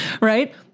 Right